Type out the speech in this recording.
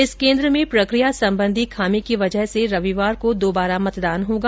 इस केन्द्र में प्रक्रिया संबंधी खामी की वजह से रविवार को दोबारा मतदान होगा